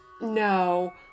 no